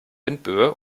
windböe